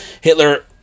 Hitler